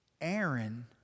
Aaron